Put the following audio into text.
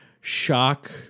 shock